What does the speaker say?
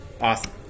Awesome